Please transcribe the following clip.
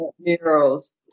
murals